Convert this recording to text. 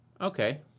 Okay